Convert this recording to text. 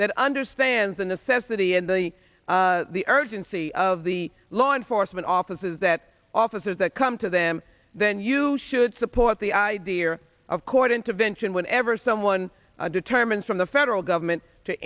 that understands a necessity and the urgency of the law enforcement offices that offices that come to them then you should support the idea of court intervention whenever someone determines from the federal government to